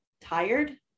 tired